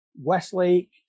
Westlake